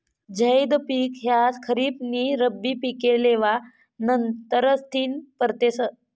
झैद पिक ह्या खरीप नी रब्बी पिके लेवा नंतरथिन पेरतस